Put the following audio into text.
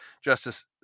Justice